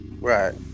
Right